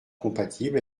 compatible